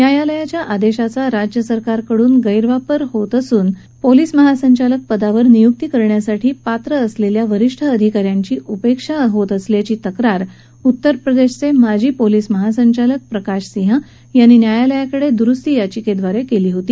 न्यायालयाच्या आदेशाचा राज्यसरकारं गैरवापर करत असून पोलीस महासंचालक पदावर नियुक्ती करण्यासाठी पात्र असलेल्या वरिष्ठ अधिका यांची उपेक्षा करतात अशी तक्रार उत्तरप्रदेशाचे माजी पोलीस महासंचालक प्रकाश सिहं यांनी न्यायालयाकडे दुरुस्तीयाचिकेद्वारे केली होती